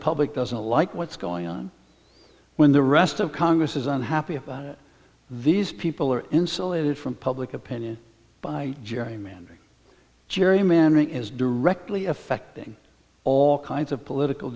public doesn't like what's going on when the rest of congress is unhappy these people are insulated from public opinion by gerrymandering gerrymandering is directly affecting all kinds of political